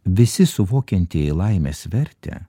visi suvokiantieji laimės vertę